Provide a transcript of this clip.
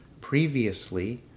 Previously